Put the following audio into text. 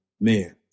man